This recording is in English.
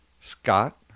Scott